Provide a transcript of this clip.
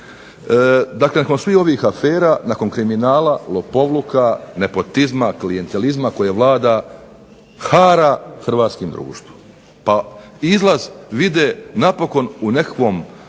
dakle nakon svih ovih afera nakon kriminala, lopovluka, nepotizma, klijentelizma koje hara Hrvatskim društvom. Izlaz vide u nekakvoj